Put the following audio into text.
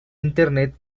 internet